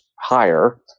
higher